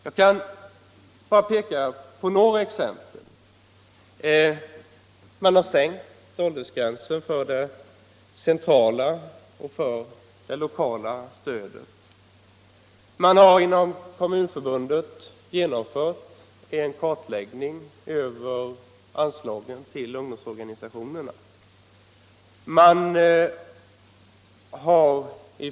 Jag kan peka på några exempel: Åldersgränsen för det centrala och det lokala stödet har sänkts. Inom Svenska kommuntörbundet har gjorts en kartläggning av anslagen till ungdomsorganisationerna.